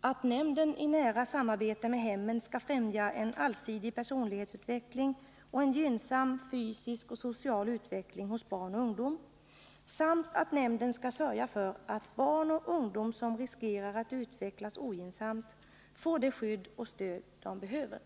att nämnden i nära samarbete med hemmen skall främja en allsidig personlighetsutveckling och gynnsam fysisk och social utveckling hos barn och ungdom samt att nämnden skall sörja för att barn och ungdom som riskerar att utvecklas ogynnsamt får det skydd och det stöd de behöver.